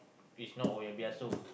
if not oh-yah-peh-yah-som